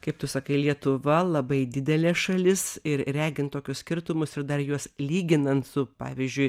kaip tu sakai lietuva labai didelė šalis ir regint tokius skirtumus ir dar juos lyginant su pavyzdžiui